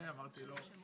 האוכלוסייה גדלה, שיכינו